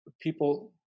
people